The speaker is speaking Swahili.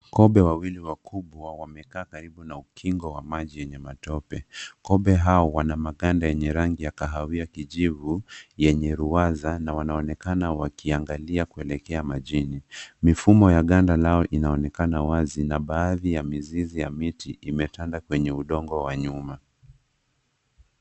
Kobe wawili wakubwa wamekaa karibu na ukingo wa maji yenye matope. Kobe hao wana maganda yenye rangi ya kahawia kijivu yenye ruwaza na wanaonekana wakiangalia kuelekea majini. Mifumo ya ganda lao inaonekana wazi na baadhi ya mizizi ya miti imetanda kwenye udongo wa nyuma.